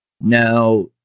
Now